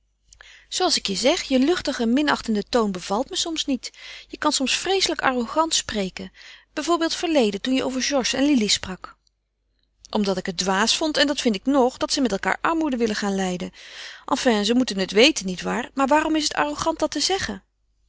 zooals ik je zeg je luchtige minachtende toon bevalt me soms niet je kan soms vreeselijk arrogant spreken bij voorbeeld verleden toen je over georges en lili sprak omdat ik het dwaas vond en dat vind ik nog dat ze met elkaâr armoede willen gaan lijden enfin ze moeten het weten niet waar maar waarom is het arrogant dat te zeggen